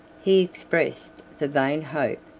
he expressed the vain hope,